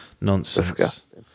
nonsense